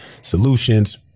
solutions